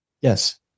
Yes